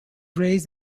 raised